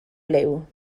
liw